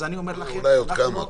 אז אני אומר לכם --- אולי עוד כמה,